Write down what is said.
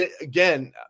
Again